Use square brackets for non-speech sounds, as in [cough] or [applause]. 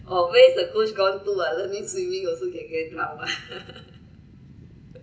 oh where's the coach gone to lah [laughs] let me swimming also can get drown ah [laughs]